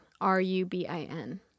R-U-B-I-N